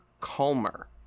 calmer